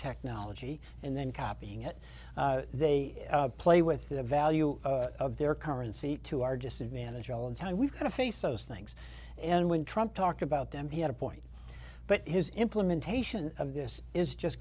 technology and then copying it they play with the value of their currency to our disadvantage all the time we've got to face those things and when trump talked about them he had a point but his implementation of this is just